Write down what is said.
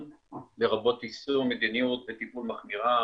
לרבות יישום מדיניות וטיפול מחמירה,